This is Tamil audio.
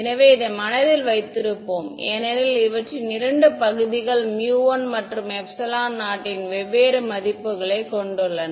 எனவே இதை மனதில் வைத்திருப்போம் ஏனெனில் இவற்றின் 2 பகுதிகள் 1மற்றும் 0 இன் வெவ்வேறு மதிப்புகளைக் கொண்டுள்ளன